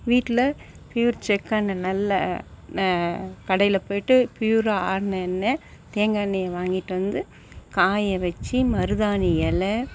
வீட்டில ப்யூர் செக்கெண்ணெய் நல்ல ந கடையில் போயிவிட்டு ப்யூராக ஆட்டின எண்ண தேங்காய் எண்ணெய வாங்கிகிட்டு வந்து காய வச்சி மருதாணி இல